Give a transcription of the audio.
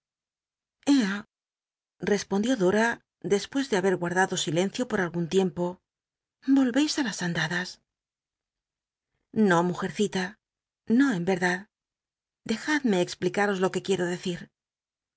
respondió dora despues de haber guatrlado silencio por algun tiempo olreis i las andadas o mujercita no en erdad dejad me cxplicaros lo que quiero decir